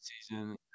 season